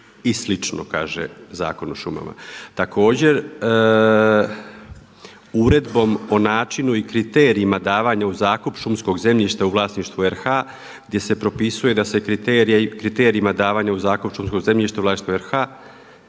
i slično kaže Zakon o šumama. Također uredbom o načinu i kriterijima davanja u zakup šumskog zemljišta u vlasništvu RH gdje se propisuje da su kriterijima davanja u zakup šumskog zemljišta u vlasništvu RH